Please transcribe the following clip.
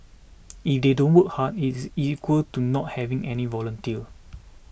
if they don't work hard it's equal to not having any volunteer